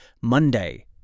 Monday